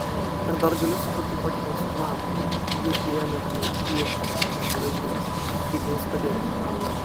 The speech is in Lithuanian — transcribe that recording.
ar dar gali sukurti kokį nors planą jau priėjome prie g ar h raidės kaip jiems padėti